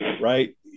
right